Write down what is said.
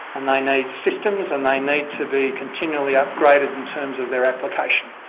and they need systems and they need to be continually upgraded in terms of their application.